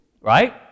right